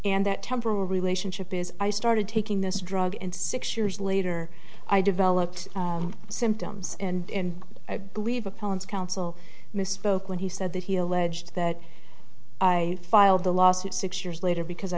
and that temporal relationship is i started taking this drug and six years later i developed symptoms and i believe opponents counsel misspoke when he said that he alleged that i filed the lawsuit six years later because i